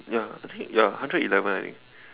ya I think ya hundred eleven I think